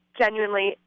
genuinely